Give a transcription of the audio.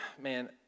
man